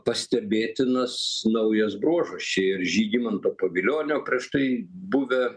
pastebėtinas naujas bruožas čia ir žygimanto pavilionio prieš tai buvę